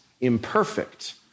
imperfect